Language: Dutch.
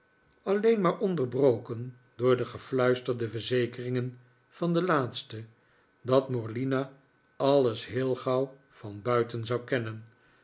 alleen maar onderbroken door de gefluisterde verzekeringen van de laatste dat morlina alles heel gauw van buiten zou kennen